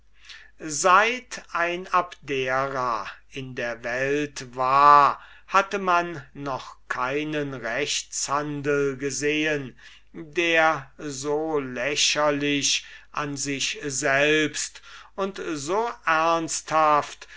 seit ein abdera in der welt war hatte man noch keinen rechtshandel gesehen der so lächerlich an sich selbst und so